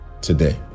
today